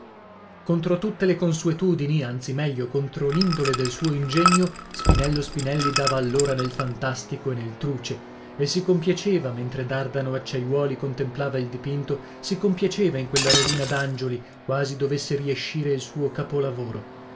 contro tutte le consuetudini anzi meglio contro l'indole del suo ingegno spinello spinelli dava allora nel fantastico e nel truce e si compiaceva mentre dardano acciaiuoli contemplava il dipinto si compiaceva in quella rovina d'angioli quasi dovesse riescire il suo capolavoro